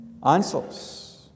answers